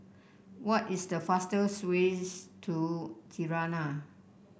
what is the fastest ways to Tirana